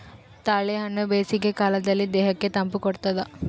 ತಾಳೆಹಣ್ಣು ಬೇಸಿಗೆ ಕಾಲದಲ್ಲಿ ದೇಹಕ್ಕೆ ತಂಪು ಕೊಡ್ತಾದ